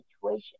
situation